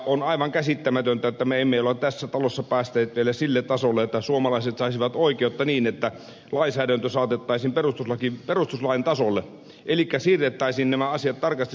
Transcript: on aivan käsittämätöntä että me emme ole tässä talossa päässeet vielä sille tasolle että suomalaiset saisivat oikeutta niin että lainsäädäntö saatettaisiin perustuslain tasolle elikkä siirrettäisiin nämä asiat tarkasti suomen lakiin